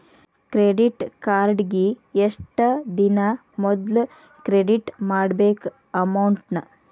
credit ಕಾರ್ಡಿಗಿ ಎಷ್ಟ ದಿನಾ ಮೊದ್ಲ ಕ್ರೆಡಿಟ್ ಮಾಡ್ಬೇಕ್ ಅಮೌಂಟ್ನ